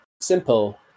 simple